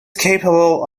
capable